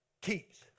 keeps